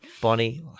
Bonnie